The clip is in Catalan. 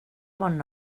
bon